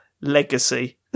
legacy